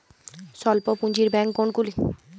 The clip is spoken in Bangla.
স্বল্প পুজিঁর ব্যাঙ্ক কোনগুলি?